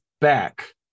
back